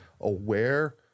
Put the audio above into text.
aware